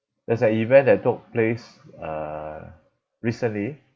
there's an event that took place uh recently